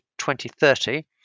2030